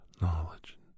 knowledge